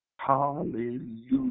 Hallelujah